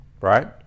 Right